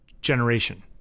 generation